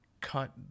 cut